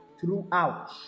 throughout